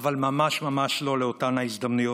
אבל ממש ממש לא לאותן ההזדמנויות,